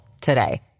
today